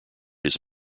his